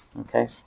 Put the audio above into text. Okay